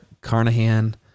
Carnahan